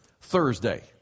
Thursday